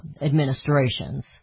administrations